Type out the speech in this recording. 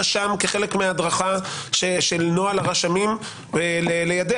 נעשה על ידי הרשם כחלק מהדרכה של נוהל הרשמים ליידע.